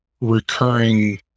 recurring